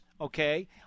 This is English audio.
okay